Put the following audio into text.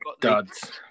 Duds